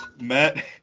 Matt